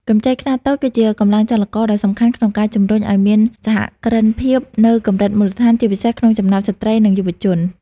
កម្ចីខ្នាតតូចគឺជាកម្លាំងចលករដ៏សំខាន់ក្នុងការជំរុញឱ្យមានសហគ្រិនភាពនៅកម្រិតមូលដ្ឋាន ជាពិសេសក្នុងចំណោមស្ត្រី និងយុវជន។